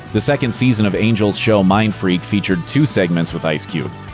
the second season of angel's show mindfreak featured two segments with ice cube.